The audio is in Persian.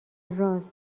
رآس